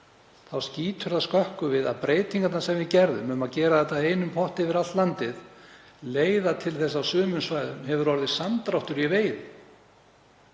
Þá skýtur það skökku við að breytingarnar sem við gerðum, um að gera þetta að einum potti yfir allt landið, leiða til þess að á sumum svæðum hefur orðið samdráttur í veiðum